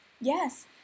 Yes